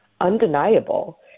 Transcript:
undeniable